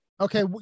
okay